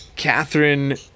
Catherine